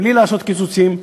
בלי לעשות קיצוצים,